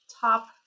top